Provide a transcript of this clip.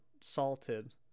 salted